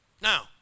Now